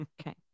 Okay